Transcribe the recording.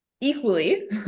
equally